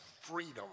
freedom